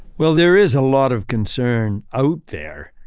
well, there is a lot of concern out there.